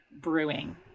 brewing